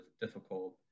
difficult